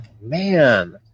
man